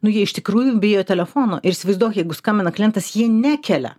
nu jie iš tikrųjų bijo telefono ir įsivaizduok jeigu skambina klientas jie nekelia